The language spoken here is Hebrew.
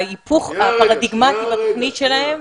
ההיפוך הפרדיגמטי בתוכנית שלהם,